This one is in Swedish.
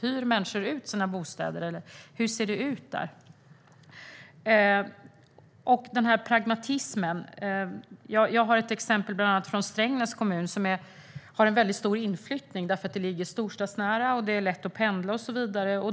Hyr människor ut sina bostäder, eller hur ser det ut? När det gäller pragmatismen har jag ett exempel bland annat från Strängnäs kommun. Där har man en väldigt stor inflyttning, eftersom det ligger storstadsnära, det är lätt att pendla och så vidare.